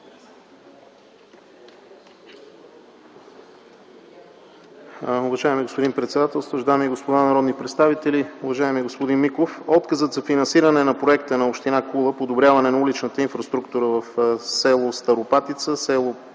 Уважаеми господин председателстващ, дами и господа народни представители! Уважаеми господин Миков, отказът за финансиране на проекта на община Кула „Подобряване на уличната инфраструктура в селата Старопатица, Полетковци